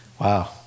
wow